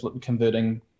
converting